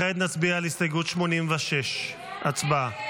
כעת נצביע על הסתייגות 86. הצבעה.